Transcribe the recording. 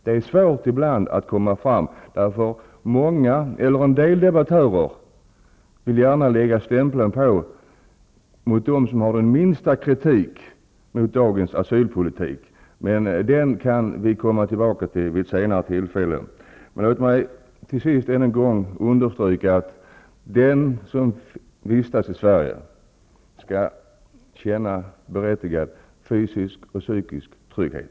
Det är dock svårt att komma fram med de synpunkterna. En del debattörer vill gärna stämpla dem som framför den minsta kritik mot dagens asylpolitik. Den kan vi emellertid återkomma till vid ett senare tillfälle. Låt mig avslutningsvis än en gång understryka att alla som vistas i Sverige skall vara berättigade att känna fysisk och psykisk trygghet.